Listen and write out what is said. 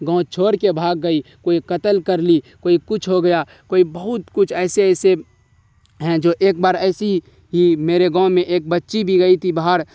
گاؤں چھوڑ کے بھاگ گئی کوئی قتل کر لی کوئی کچھ ہو گیا کوئی بہت کچھ ایسے ایسے ہیں جو ایک بار ایسی ہی میرے گاؤں میں ایک بچی بھی گئی تھی باہر